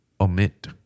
omit